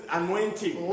anointing